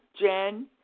Jen